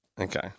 Okay